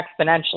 exponentially